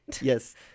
Yes